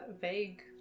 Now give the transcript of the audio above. vague